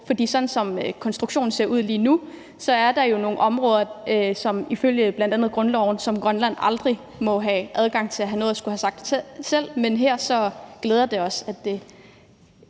For sådan som konstruktionen ser ud lige nu, er der jo nogle områder, hvor Grønland ifølge bl.a. grundloven aldrig må have adgang til at have noget at skulle have sagt selv. Men her glæder det os, at det